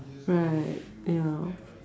right ya